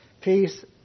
Peace